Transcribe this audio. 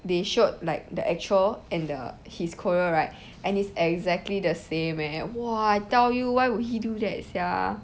they showed like the actual and the he's choreo right and it's exactly the same eh !wah! I tell you why would he do that sia